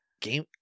game